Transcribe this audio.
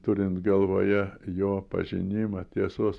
turint galvoje jo pažinimą tiesos